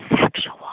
sexual